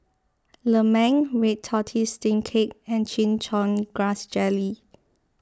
Lemang Red Tortoise Steamed Cake and Chin Chow Grass Jelly